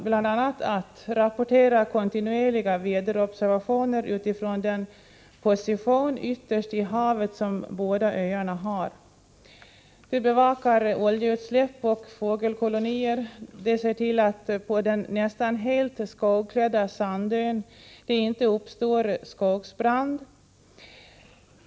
Bl.a. skall de rapportera kontinuerliga väderobservationer utifrån den position ytterst i havet som båda öarna har. De bevakar oljeutsläpp och fågelkolonier och ser till att det på den nästan helt skogklädda Sandön inte uppstår skogsbrand.